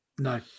No